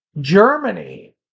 Germany